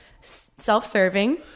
self-serving